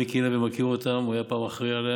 מיקי לוי מכיר אותם, הוא היה פעם אחראי עליהם.